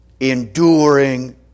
enduring